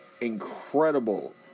incredible